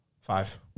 five